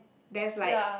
there's like